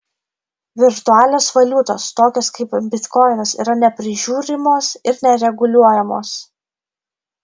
virtualios valiutos tokios kaip bitkoinas yra neprižiūrimos ir nereguliuojamos